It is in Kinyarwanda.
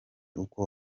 uko